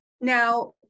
Now